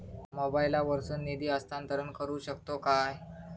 मोबाईला वर्सून निधी हस्तांतरण करू शकतो काय?